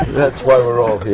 that's why we're all here.